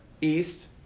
east